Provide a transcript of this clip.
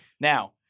Now